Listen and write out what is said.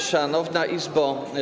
Szanowna Izbo!